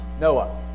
Noah